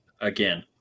again